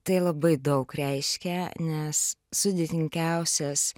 tai labai daug reiškia nes sudėtingiausias